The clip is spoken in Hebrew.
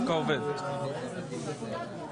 אני מתכבד לפתוח את ישיבת ועדת הכנסת.